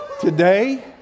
today